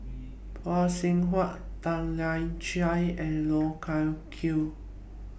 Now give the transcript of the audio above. Phay Seng Whatt Tan Lian Chye and Loh Wai Kiew